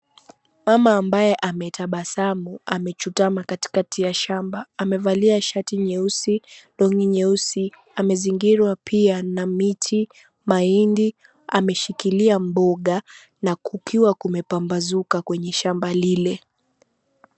Mama ambaye ametabasamu amechutama katikati ya shamba amevalia shati nyeusi longi nyeusi amezingirwa pia na miti, mahindi ameshikilia mboga na kukiwa kumepambazuka kwenye shamba lile.